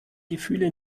gefühle